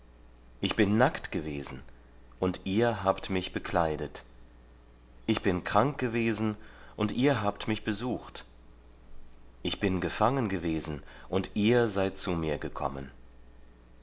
ich bin nackt gewesen und ihr habt mich bekleidet ich bin krank gewesen und ihr habt mich besucht ich bin gefangen gewesen und ihr seid zu mir gekommen